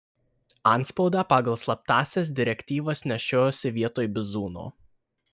antspaudą pagal slaptąsias direktyvas nešiojosi vietoj bizūno